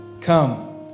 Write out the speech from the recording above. Come